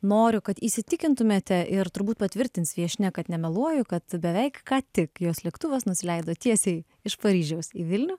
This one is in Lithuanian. noriu kad įsitikintumėte ir turbūt patvirtins viešnia kad nemeluoju kad beveik ką tik jos lėktuvas nusileido tiesiai iš paryžiaus į vilnių